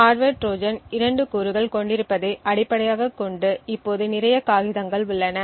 hardware trojan இரண்டு கூறுகள் கொண்டிருப்பதை அடிப்படையாகக் கொண்டு இப்போது நிறைய காகிதங்கள் உள்ளன